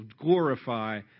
glorify